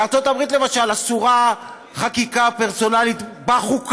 בארצות הברית, למשל, אסורה חקיקה פרסונלית בחוקה,